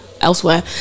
elsewhere